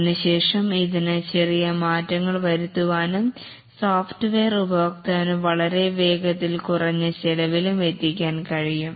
അതിനുശേഷം ഇതിന് ചെറിയ മാറ്റങ്ങൾ വരുത്താനും സോഫ്റ്റ്വെയർ ഉപഭോക്താവിന് വളരെ വേഗത്തിലും കുറഞ്ഞ ചെലവിലും എത്തിക്കാൻ കഴിയും